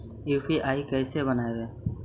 UPI कैसे बनइबै?